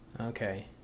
Okay